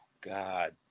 God